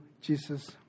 Jesus